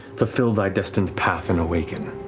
fulfill thy destined path and awaken.